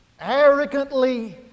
arrogantly